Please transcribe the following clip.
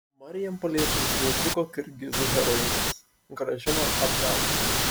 marijampoliečiams neįtiko kirgizų heroinas grąžino atgal